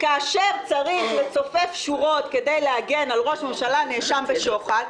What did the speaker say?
כאשר צריך לצופף שורות כדי להגן על ראש ממשלה הנאשם בשוחד,